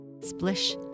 Splish